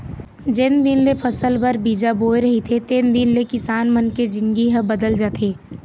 जेन दिन ले फसल बर बीजा बोय रहिथे तेन दिन ले किसान मन के जिनगी ह बदल जाथे